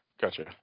Gotcha